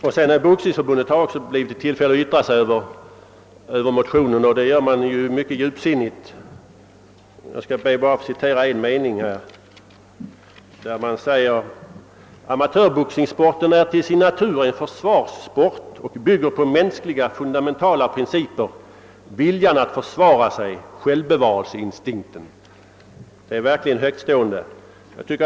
Svenska boxningsförbundet har också yttrat sig över motionerna, och det har man gjort mycket djupsinnigt. Jag skall här bara citera en mening: »Amatörboxningssporten är till sin natur en försvarssport och bygger på mänskliga fundamentala principer, viljan att försvara sig, självbevarelseinstinkten.» Detta är verkligen högtstående.